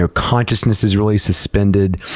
ah consciousness is really suspended.